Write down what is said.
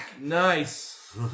Nice